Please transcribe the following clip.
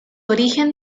origen